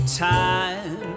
time